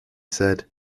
said